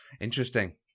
Interesting